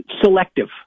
selective